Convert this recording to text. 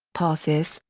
parsis,